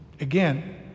Again